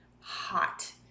hot